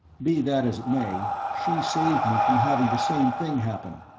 be that as it may, she saved me from having the same thing happen.